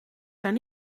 zijn